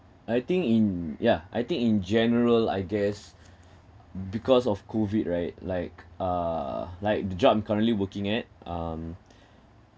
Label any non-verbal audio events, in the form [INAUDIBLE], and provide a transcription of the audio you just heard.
I think in yeah I think in general I guess [BREATH] because of COVID right like uh like the job currently I'm working at um [BREATH]